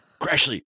Crashly